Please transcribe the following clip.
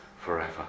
forever